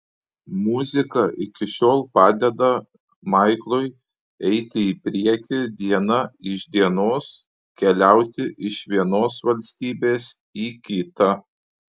muzika iki šiol padeda maiklui eiti į priekį diena iš dienos keliauti iš vienos valstybės į kitą